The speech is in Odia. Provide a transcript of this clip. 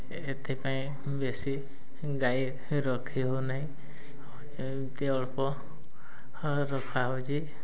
ଏଥିପାଇଁ ବେଶୀ ଗାଈ ରଖି ହଉ ନାହିଁ ଏମିତି ଅଳ୍ପ ରଖା ହେଉଛି